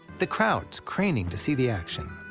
the crowds craning to see the action.